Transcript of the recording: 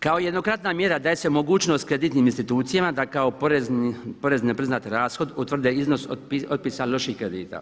Kao jednokratna mjera daje se mogućnost kreditnim institucijama da kao … priznati rashod utvrde iznos otpisa loših kredite.